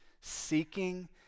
seeking